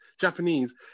Japanese